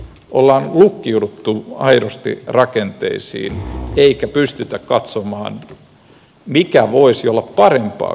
on lukkiuduttu aidosti rakenteisiin eikä pystytä katsomaan mikä voisi olla parempaa kuin nykyinen